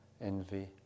envy